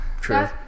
true